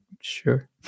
sure